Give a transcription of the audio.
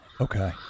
Okay